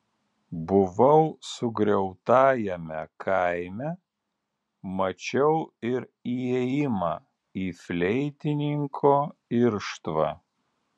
buvau sugriautajame kaime mačiau ir įėjimą į fleitininko irštvą